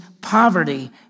poverty